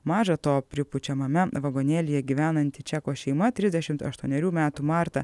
maža to pripučiamame vagonėlyje gyvenanti čeko šeima trisdešimt aštuonerių metų marta